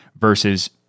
versus